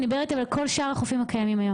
אני מדברת על החופים הקיימים.